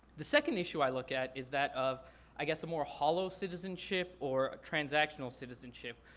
the second issue i look at is that of i guess a more hollow citizenship, or a transactional citizenship.